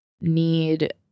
need